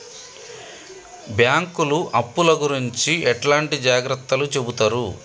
బ్యాంకులు అప్పుల గురించి ఎట్లాంటి జాగ్రత్తలు చెబుతరు?